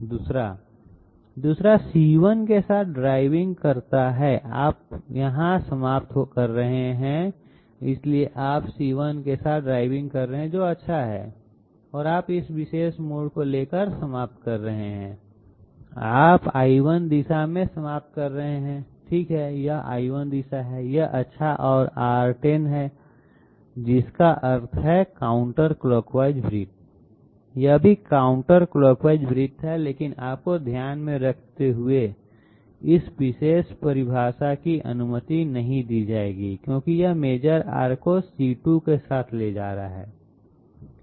दूसरा दूसरा c1 के साथ ड्राइविंग करता है आप समाप्त कर रहे हैं इसलिए आप c1 के साथ ड्राइविंग कर रहे हैं जो अच्छा है और आप इस विशेष मोड़ को ले कर समाप्त कर रहे हैं आप I1 दिशा में समाप्त कर रहे हैं ठीक है यह I1 दिशा है यह अच्छा और r 10 है जिसका अर्थ है काउंटर क्लॉक वाइज वृत्त यह भी काउंटर क्लॉक वाइज वृत्त है लेकिन आपको ध्यान में रखते हुए इस विशेष परिभाषा की अनुमति नहीं दी जाएगी क्योंकि यह मेजर आर्क को c2 के साथ ले जा रहा है